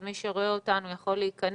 מי שרואה אותנו, יכול להיכנס.